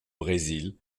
brésil